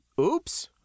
Oops